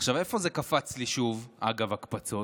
איפה זה קפץ לי שוב, אגב הקפצות?